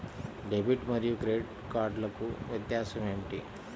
Debit మరియు credit కార్డ్లకు వ్యత్యాసమేమిటీ?